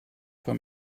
for